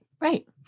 right